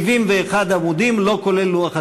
וזה 71 עמודים לא כולל לוח התיקונים.